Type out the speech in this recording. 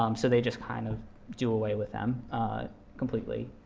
um so they just kind of do away with them completely.